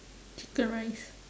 chicken rice